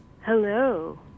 Hello